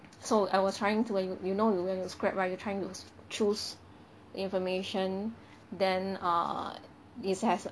so I was trying to when you know you when you scrap right you trying to choose information then err is has